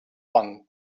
one